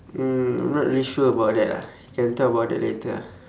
mm I'm not really sure about that ah can talk about that later ah